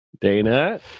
Dana